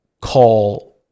call